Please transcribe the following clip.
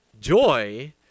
Joy